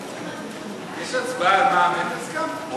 יש הצבעה על מע"מ אפס גם?